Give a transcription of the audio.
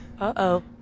Uh-oh